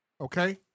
Okay